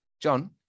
John